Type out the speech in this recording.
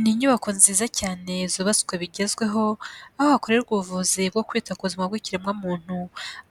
Ni inyubako nziza cyane zubatswe bigezweho aho hakorerwa ubuvuzi bwo kwita ku buzima bw'ikiremwamuntu,